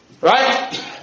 right